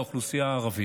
האוכלוסייה הערבית.